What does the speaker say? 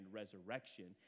resurrection